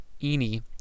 ENI